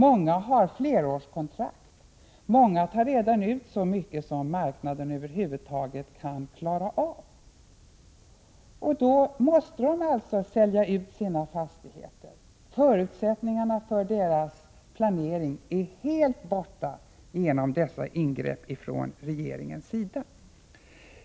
Många har flerårskontrakt, många tar redan ut så mycket som marknaden över huvud taget kan klara av, och då måste de alltså sälja ut sina fastigheter. Förutsättningarna för deras planering är helt borta genom dessa ingrepp från regeringens sida.